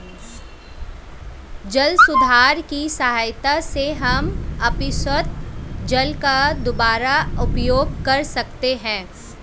जल सुधार की सहायता से हम अपशिष्ट जल का दुबारा उपयोग कर सकते हैं